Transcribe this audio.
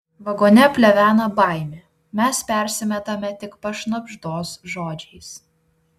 vagone plevena baimė mes persimetame tik pašnabždos žodžiais